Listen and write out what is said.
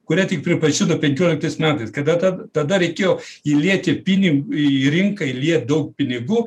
kurią tik pripažino penkioliktais metais kada tad tada reikėjo įlieti pinig į rinką įliet daug pinigų